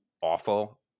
awful